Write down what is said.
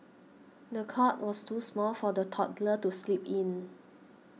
the cot was too small for the toddler to sleep in